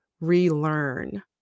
relearn